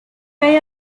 pay